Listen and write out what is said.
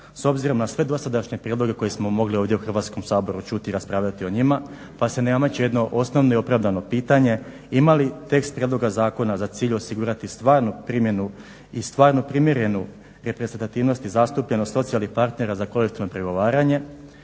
s obzirom na sve dosadašnje prijedloge koje smo mogli ovdje u Hrvatskom saboru čuti i raspravljati o njima pa se nameće jedno osnovno i opravdano pitanje ima li tekst prijedloga zakona za cilj osigurati stvarnu primjenu i stvarno primjerenu reprezentativnost i zastupljenost socijalnih partnera za kolektivno pregovaranje